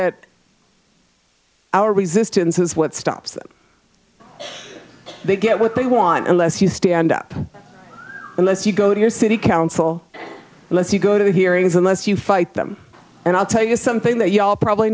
that our resistance is what stops they get what they want unless you stand up unless you go to your city council unless you go to the hearings unless you fight them and i'll tell you something that you all probably